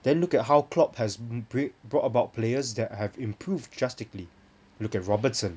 then look at how klopp has brought about players that have improved drastically look at robertson